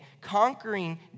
conquering